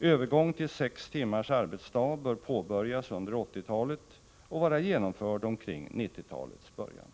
Övergång till 6-timmars arbetsdag bör påbörjas under 1980-talet och vara genomförd omkring 1990-talets början.